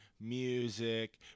music